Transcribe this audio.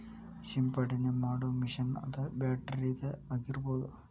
ಸಿಂಪಡನೆ ಮಾಡು ಮಿಷನ್ ಅದ ಬ್ಯಾಟರಿದ ಆಗಿರಬಹುದ